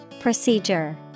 Procedure